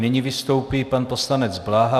Nyní vystoupí pan poslanec Bláha.